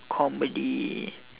comedy